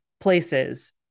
places